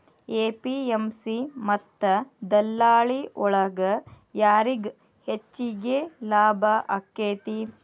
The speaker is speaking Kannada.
ಎ.ಪಿ.ಎಂ.ಸಿ ಮತ್ತ ದಲ್ಲಾಳಿ ಒಳಗ ಯಾರಿಗ್ ಹೆಚ್ಚಿಗೆ ಲಾಭ ಆಕೆತ್ತಿ?